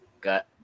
got